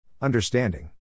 Understanding